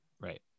Right